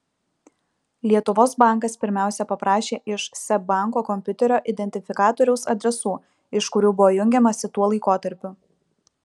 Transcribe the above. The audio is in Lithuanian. lietuvos bankas pirmiausia paprašė iš seb banko kompiuterio identifikatoriaus adresų iš kurių buvo jungiamasi tuo laikotarpiu